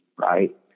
right